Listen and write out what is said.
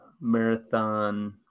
marathon